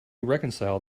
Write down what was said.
reconcile